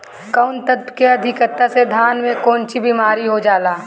कौन तत्व के अधिकता से धान में कोनची बीमारी हो जाला?